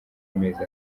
amezi